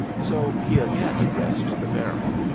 so he again addressed the baron.